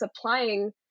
applying